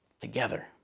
together